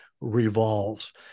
revolves